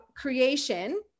creation